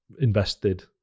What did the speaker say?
invested